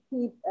keep